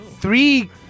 Three